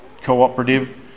cooperative